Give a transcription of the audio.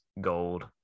gold